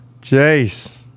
Jace